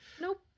nope